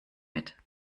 mit